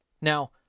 Now